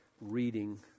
reading